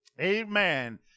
amen